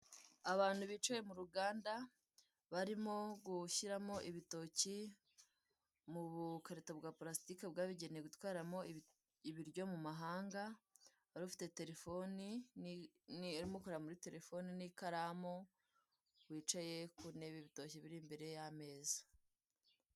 Abantu bicaye muruganda, barimo gushyiramo ibitoki, mu bukarito bwa purasitike bwabugenewe gutwaramo ibiryo mumahanga, bari bafite telefone, barimo kureba muri telefone n'ikaramu, bicaye kuntebe, ibitoki biri imbere y'amaza.